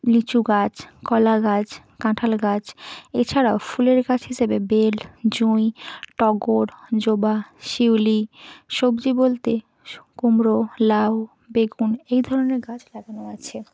লিচু গাছ কলা গাছ কাঁঠাল গাছ এছাড়াও ফুলের গাছ হিসেবে বেল জুঁই টগর জবা শিউলি সবজি বলতে কুমড়ো লাউ বেগুন এই ধরনের গাছ লাগানো আছে